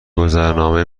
گذرنامه